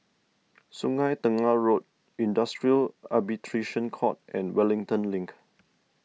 Sungei Tengah Road Industrial Arbitration Court and Wellington Link